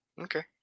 Okay